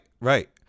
Right